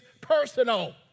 personal